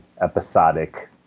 episodic